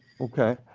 okay